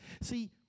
See